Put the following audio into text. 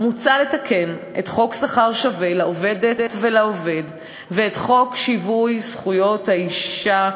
מוצע לתקן את חוק שכר שווה לעובדת ולעובד ואת חוק שיווי זכויות האישה,